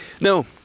No